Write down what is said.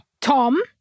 Tom